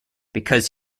because